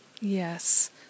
Yes